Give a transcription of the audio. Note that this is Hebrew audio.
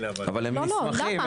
אבל הם נספחים,